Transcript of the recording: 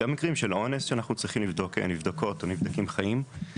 גם מקרים של אונס שאנחנו צריכים לבדוק על נבדקות או נבדקים חיים.